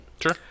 Sure